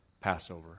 Passover